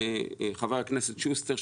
חבר הכנסת שוסטר,